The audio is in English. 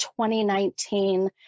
2019